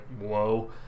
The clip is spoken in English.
whoa